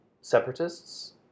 separatists